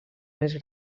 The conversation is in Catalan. més